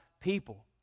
people